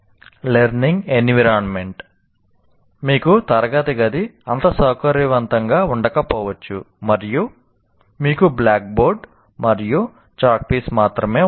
learning environment మీకు తరగతి గది అంత సౌకర్యవంతంగా ఉండకపోవచ్చు మరియు మీకు బ్లాక్ బోర్డ్ మరియు చాక్ పీస్ మాత్రమే ఉన్నాయి